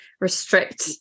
restrict